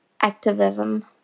activism